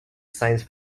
science